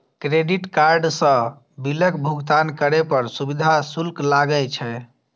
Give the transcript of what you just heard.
credit card सं बिलक भुगतान करै पर सुविधा शुल्क लागै छै